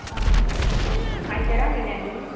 हां आयतारा म्हळ्या न्ही